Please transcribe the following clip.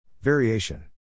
Variation